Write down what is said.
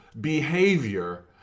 behavior